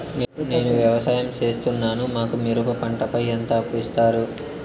నేను వ్యవసాయం సేస్తున్నాను, మాకు మిరప పంటపై ఎంత అప్పు ఇస్తారు